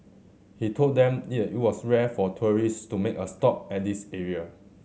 he told them it was rare for tourists to make a stop at this area